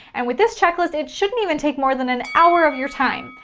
and with this checklist, it shouldn't even take more than an hour of your time.